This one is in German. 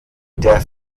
der